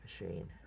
machine